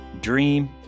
dream